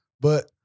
But-